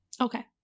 okay